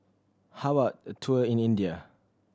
how about a tour in India